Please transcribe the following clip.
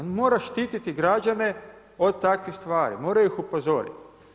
On mora štititi građane od takvih stvari, mora ih upozoriti.